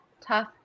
tough